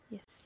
Yes